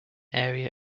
area